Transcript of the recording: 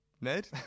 Ned